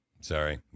Sorry